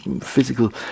physical